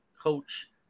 coach